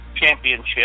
Championship